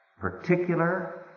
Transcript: particular